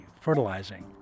fertilizing